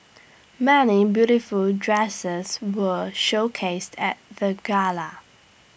many beautiful dresses were showcased at the gala